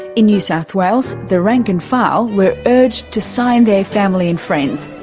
in new south wales the rank and file were urged to sign their family and friends.